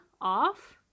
off